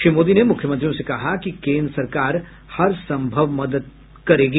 श्री मोदी ने मुख्यमंत्रियों से कहा कि केन्द्र सरकार हर संभव मदद करेगी